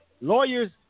lawyers